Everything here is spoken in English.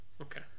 okay